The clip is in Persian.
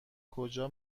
کجا